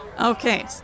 Okay